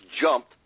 jumped